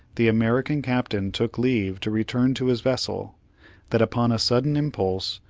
the american captain took leave, to return to his vessel that upon a sudden impulse,